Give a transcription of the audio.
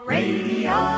Radio